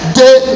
day